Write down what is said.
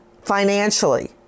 financially